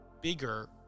bigger